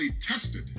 tested